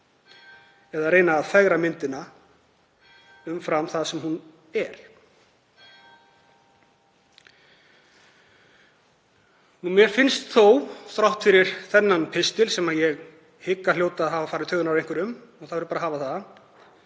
að reyna að fegra myndina umfram það sem hún er. Ég vil þó nefna, þrátt fyrir þennan pistil sem ég hygg að hljóti að hafa fara í taugarnar á einhverjum og það verður bara að hafa það,